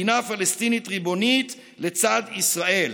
מדינה פלסטינית ריבונית לצד ישראל.